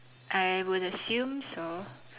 I would assume so